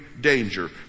danger